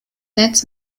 netz